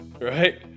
Right